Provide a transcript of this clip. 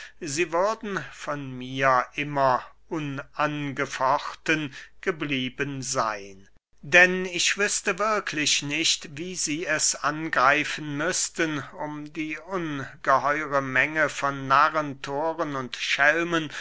sie würden von mir immer unangefochten geblieben seyn denn ich wüßte wirklich nicht wie sie es angreifen müßten um die ungeheure menge von narren thoren und